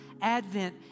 Advent